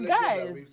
guys